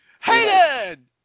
Hayden